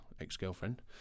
ex-girlfriend